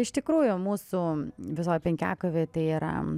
iš tikrųjų mūsų visoj penkiakovėj tai yra